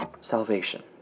salvation